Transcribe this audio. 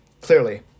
Clearly